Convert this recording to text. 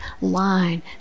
line